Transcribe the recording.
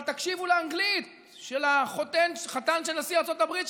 אבל תקשיבו לאנגלית של החתן של נשיא ארצות הברית,